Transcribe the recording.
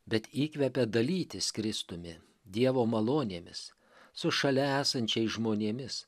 bet įkvepia dalytis kristumi dievo malonėmis su šalia esančiais žmonėmis